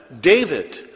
David